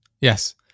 yes